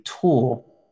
tool